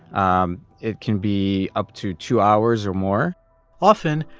um it can be up to two hours or more often,